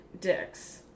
dicks